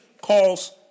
calls